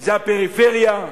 זה הפריפריה,